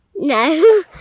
No